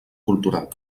cultural